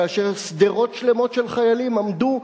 כאשר שדרות שלמות של חיילים עמדו,